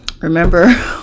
Remember